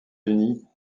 unis